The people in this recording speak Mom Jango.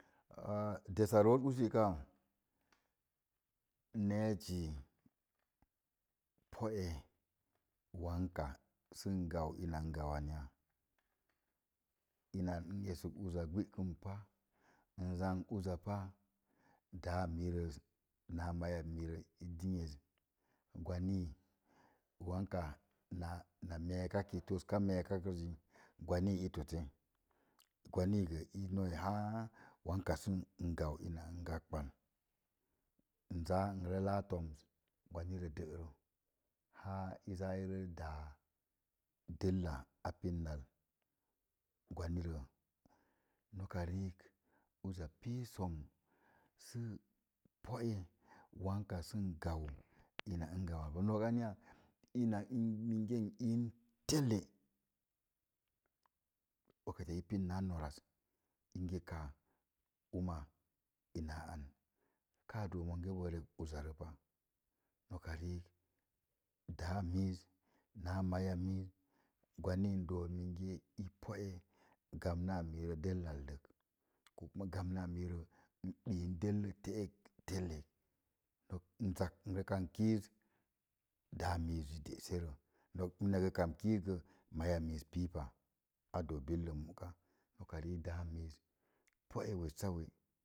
dessa zoos usi káá, nezi póe sə n gaam ni n pin ak ya sə ngau ni n gau nak ya. N esək uza gɓakəm pa n zanik uza pa dá mirez náá mái mii rəi dənye, kwani ya wanka na maka toska meka gə kwoni i tosse kwani muyo la n sau ma ngbabən. N zaa n zaa laa toms kwani rə dərə la i za dáá dəlla a pin lala gwani rə oza pii som sə poe wanka sə gau ina n gauunan nok anya ina mii ii yeke wakati aipii naa nor inge ka̱a̱ i na a ii áá an, ka doo monge bó rik uza rə pa nok riik kwenki n doo minge dá a miiz na mai uzu ii i póe gamna miirək dəllale ko kuma gamna mirə n bəən dəlle tekak n zak n za kamb kiiz da mii zi dəsəre mina gə kan kiiz gə mai miiz bin desupu nok riik dá miz zi póe